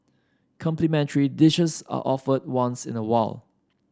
complimentary dishes are offered once in a while